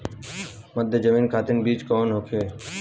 मध्य जमीन खातिर बीज कौन होखे?